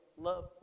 love